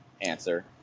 answer